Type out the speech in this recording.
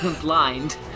blind